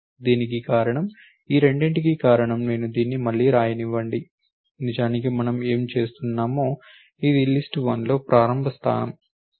దీనికి కారణం ఈ రెండింటికి కారణం నేను దీన్ని మళ్లీ వ్రాయనివ్వండి నిజానికి మనం ఏమి చేస్తున్నామో ఇది లిస్ట్ వన్లో ప్రారంభ స్థానం